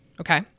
Okay